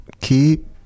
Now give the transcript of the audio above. keep